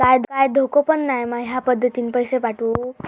काय धोको पन नाय मा ह्या पद्धतीनं पैसे पाठउक?